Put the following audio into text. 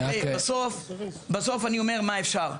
בסוף אני אומר מה אפשר.